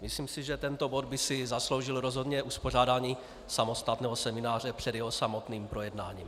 Myslím, že tento bod by si zasloužil rozhodně uspořádání samostatného semináře před jeho samotným projednáním.